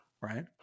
Right